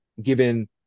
given